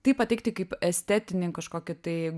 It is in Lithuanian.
tai pateikti kaip estetinį kažkokį tai